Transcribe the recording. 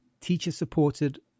teacher-supported